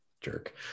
Jerk